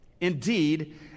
Indeed